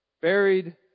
buried